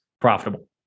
profitable